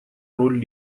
роль